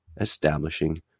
establishing